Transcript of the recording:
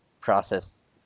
process